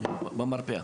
אף אחד לא הגיע.